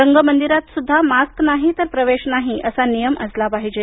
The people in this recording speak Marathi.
रंगमंदिरात सुद्धा मास्क नाही तर प्रवेश नाही असा नियम असला पाहिजे